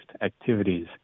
activities